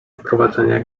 wprowadzania